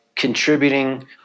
contributing